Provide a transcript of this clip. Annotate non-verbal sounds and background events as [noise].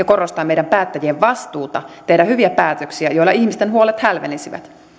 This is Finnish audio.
[unintelligible] korostaa meidän päättäjien vastuuta tehdä hyviä päätöksiä joilla ihmisten huolet hälvenisivät